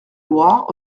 loire